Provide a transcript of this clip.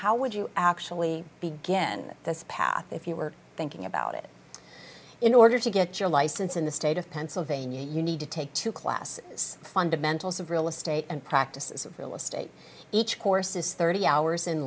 how would you actually begin this path if you were thinking about it in order to get your license in the state of pennsylvania you need to take two classes fundamentals of real estate and practices real estate each course is thirty hours in